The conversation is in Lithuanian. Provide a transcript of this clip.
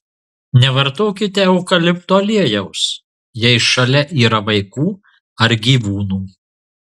nevartokite eukalipto aliejaus jei šalia yra vaikų ar gyvūnų